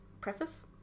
Preface